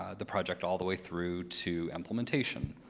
ah the project all the way through to implementation.